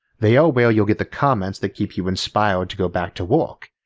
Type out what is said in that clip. they are where you'll get the comments that keep you inspired to go back to work,